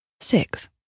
six